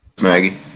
Maggie